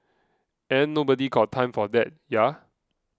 ain't nobody's got time for that ya